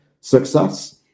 success